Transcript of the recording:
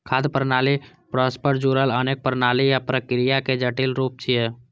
खाद्य प्रणाली परस्पर जुड़ल अनेक प्रणाली आ प्रक्रियाक जटिल रूप छियै